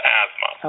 asthma